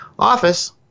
office